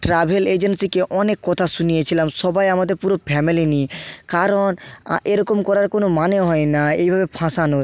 travel এজেন্সিকে অনেক কথা শুনিয়েছিলাম সবাই আমাদের পুরো ফ্যামেলি নিয়ে কারণ এরকম করার কোনো মানে হয় না এইভাবে ফাঁসানোর